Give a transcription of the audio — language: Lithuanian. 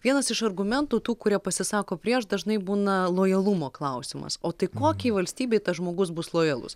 vienas iš argumentų tų kurie pasisako prieš dažnai būna lojalumo klausimas o tai kokiai valstybei tas žmogus bus lojalus